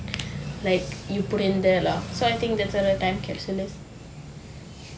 like you put in there lah so I think that's what a time capsule is